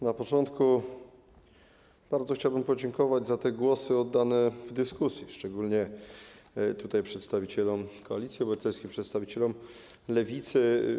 Na początku bardzo chciałbym podziękować za głosy oddane w dyskusji, szczególnie przedstawicielom Koalicji Obywatelskiej, przedstawicielom Lewicy.